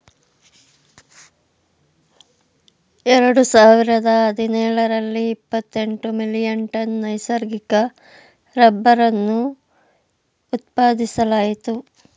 ಎರಡು ಸಾವಿರದ ಹದಿನೇಳರಲ್ಲಿ ಇಪ್ಪತೆಂಟು ಮಿಲಿಯನ್ ಟನ್ ನೈಸರ್ಗಿಕ ರಬ್ಬರನ್ನು ಉತ್ಪಾದಿಸಲಾಯಿತು